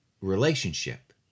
relationship